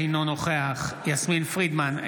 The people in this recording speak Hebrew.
אינו נוכח יסמין פרידמן,